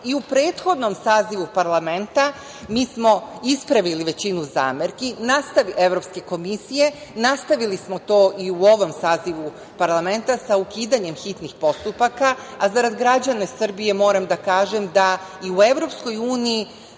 prethodnom sazivu parlamenta mi smo ispravili većinu zamerki Evropske komisije. Nastavili smo to i u ovom sazivu parlamenta sa ukidanjem hitnih postupaka, a zarad građana Srbije moram da kažem da i u EU članice